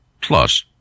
Plus